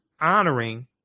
honoring